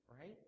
right